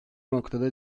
noktada